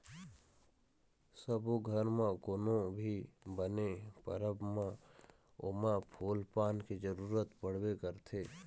सब्बो घर म कोनो भी बने परब म ओमा फूल पान के जरूरत पड़बे करथे